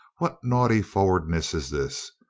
what naughty frowardness is this?